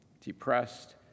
depressed